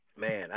Man